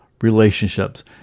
relationships